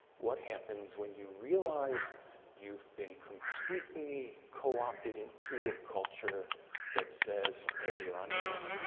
what happens when you realize you've been completely co-opted into a culture that says, hey, you're on your own.